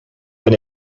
been